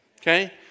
Okay